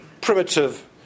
primitive